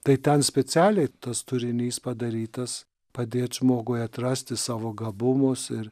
tai ten specialiai tas turinys padarytas padėt žmogui atrasti savo gabumus ir